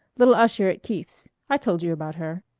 little usher at keith's. i told you about her.